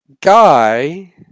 guy